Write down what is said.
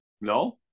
No